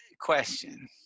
question